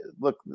look